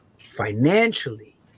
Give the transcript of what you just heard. financially